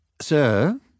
Sir